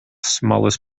smallest